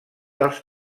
als